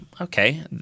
okay